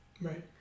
Right